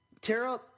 Tara